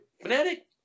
Fanatic